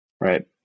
Right